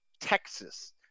Texas